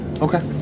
okay